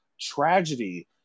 tragedy